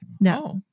No